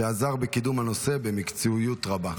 שעזר בקידום הנושא במקצועיות רבה.